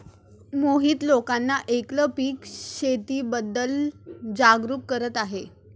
मोहित लोकांना एकल पीक शेतीबद्दल जागरूक करत आहे